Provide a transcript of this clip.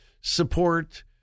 support